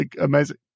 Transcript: Amazing